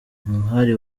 umuhari